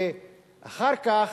ואחר כך,